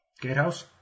gatehouse